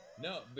No